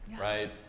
right